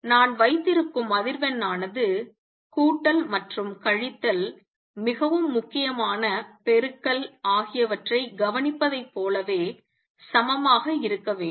நான் வைத்திருக்கும் அதிர்வெண் ஆனது கூட்டல் மற்றும் கழித்தல் மிகவும் முக்கியமான பெருக்கல் ஆகியவற்றை கவனிப்பதை போலவே சமமாக இருக்க வேண்டும்